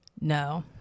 No